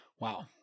Wow